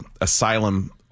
asylum